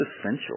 essential